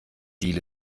deal